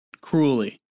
cruelly